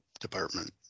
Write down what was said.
department